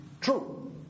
true